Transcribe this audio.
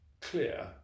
clear